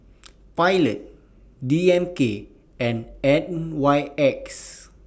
Pilot D M K and N Y X